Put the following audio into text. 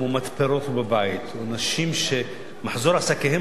כמו מתפרות בבית או נשים שמחזור עסקיהן